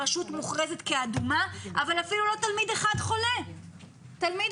הרשות מוחרגת כאדומה אבל אפילו לא תלמיד אחד חולה בקורונה.